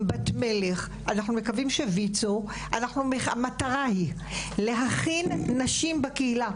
עם בת מלך אנחנו מקווים שויצו המטרה היא להכין נשים בקהילה.